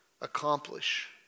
accomplish